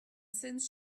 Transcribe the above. since